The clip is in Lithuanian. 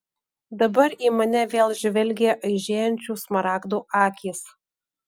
dabar į mane vėl žvelgė aižėjančių smaragdų akys